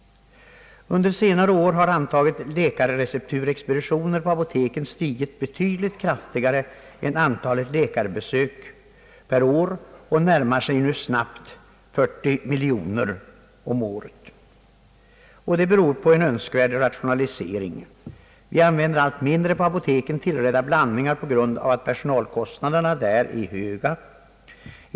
Under senare år har antalet läkarrecepturexpeditioner stigit betydligt kraftigare än antalet läkarbesök per år och närmar sig nu snabbt 40 miljoner om året. Detta beror på en önskvärd rationalisering. Vi använder allt mindre på apoteken tillredda blandningar på grund av att personalkostnaderna där är höga.